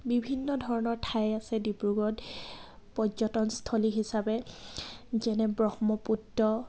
বিভিন্ন ধৰণৰ ঠাই আছে ডিব্ৰুগড়ত পৰ্যটনস্থলী হিচাপে যেনে ব্ৰহ্মপুত্ৰ